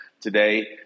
today